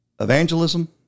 evangelism